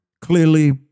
Clearly